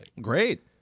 Great